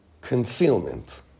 Concealment